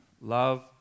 Love